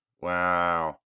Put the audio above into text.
Wow